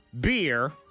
beer